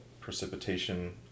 precipitation